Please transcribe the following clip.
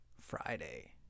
Friday